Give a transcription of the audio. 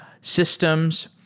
systems